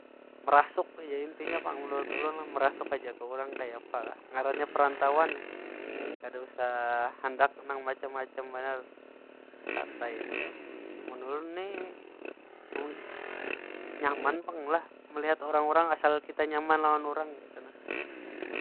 Merasuk aja intinya pang menurut ulun, lah merasuk aja ke urang kayapa kah. Ngarannya perantauan nih, kada usah handak nang macam- macam banar. Santai aja. Mun ulun ni nyaman pang lah melihat urang- urang. Asal kita nyaman lawan urang kaytu nah.